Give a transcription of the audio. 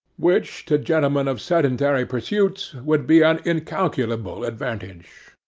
which, to gentlemen of sedentary pursuits, would be an incalculable advantage.